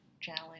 challenge